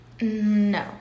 No